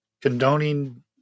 condoning